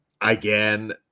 again